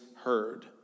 heard